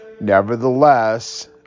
Nevertheless